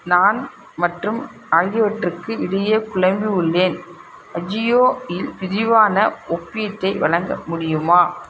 நான் மற்றும் ஆகியவற்றுக்கு இடையே குலம்பி உள்ளேன் அட்ஜியோ இல் விரிவான ஒப்பீட்டை வழங்க முடியுமா